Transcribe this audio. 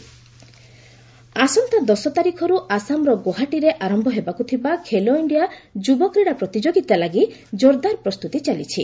Khelo India ଆସନ୍ତା ଦଶ ତାରିଖରୁ ଆସାମର ଗୌହାଟୀରେ ଆରମ୍ଭ ହେବାକୁ ଥିବା ଖେଲୋ ଇଣ୍ଡିଆ ଯୁବ କ୍ରୀଡ଼ା ପ୍ରତିଯୋଗିତା ଲାଗି କ୍ଷୋରଦାର ପ୍ରସ୍ତୁତି ଚାଲିଛି